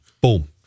Boom